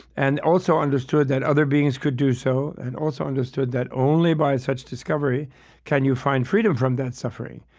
and also understood that other beings could do so, and also understood that only by such discovery can you find freedom from that suffering.